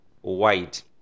white